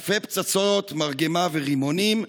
אלפי פצצות מרגמה ורימונים,